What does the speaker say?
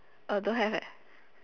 uh don't have eh